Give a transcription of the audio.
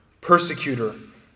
persecutor